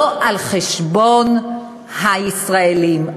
לא על חשבון הישראלים,